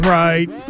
right